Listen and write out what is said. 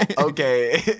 okay